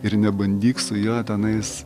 ir nebandyk su juo tenais